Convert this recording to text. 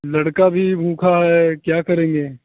लड़का भी भूखा है क्या करेंगे